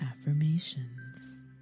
affirmations